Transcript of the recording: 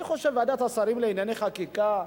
אני חושב שוועדת השרים לענייני חקיקה,